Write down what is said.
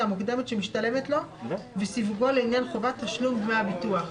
המוקדמת שמשתלמת לו וסיווגו לעניין חובת תשלום דמי הביטוח.